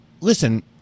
listen